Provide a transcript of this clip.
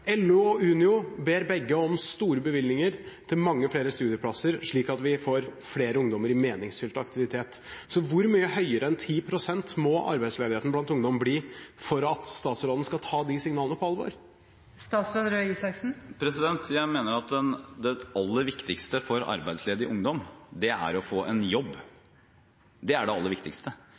LO og Unio ber begge om store bevilgninger til mange flere studieplasser, slik at vi får flere ungdommer i meningsfylt aktivitet. Hvor mye høyere enn 10 pst. må arbeidsledigheten blant ungdom bli for at statsråden skal ta de signalene på alvor? Jeg mener at det aller viktigste for arbeidsledig ungdom er å få en jobb. Det er det aller viktigste.